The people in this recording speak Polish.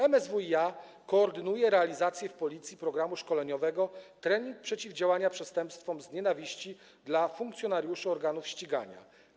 MSWiA koordynuje realizację w Policji programu szkoleniowego „Trening przeciwdziałania przestępstwom z nienawiści dla funkcjonariuszy organów ścigania”